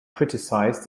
criticized